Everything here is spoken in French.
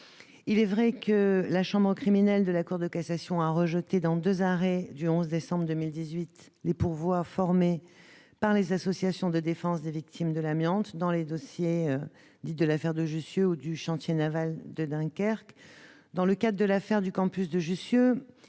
Il est vrai que la chambre criminelle de la Cour de cassation a rejeté, dans deux arrêts du 11 décembre 2018, les pourvois formés par les associations de défense des victimes de l'amiante dans les dossiers de l'affaire de Jussieu et du chantier naval Normed de Dunkerque. Dans le cadre de l'affaire du campus de Jussieu,